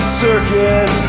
circuit